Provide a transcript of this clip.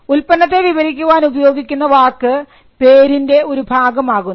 ഉൽപ്പന്നത്തെ വിവരിക്കാൻ ഉപയോഗിക്കുന്ന വാക്ക് പേരിൻറെ ഒരു ഭാഗമാകുന്നു